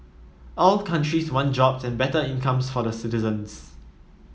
all countries want jobs and better incomes for the citizens